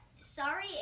sorry